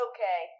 Okay